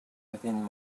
within